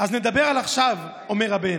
אז נדבר על עכשיו, אומר הבן.